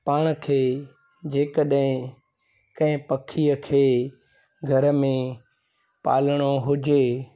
पाण खे जेकॾहिं कंहिं पखीअ खे घर में पालिणो हुजे